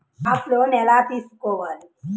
Crop loan ఎలా తీసుకోవాలి?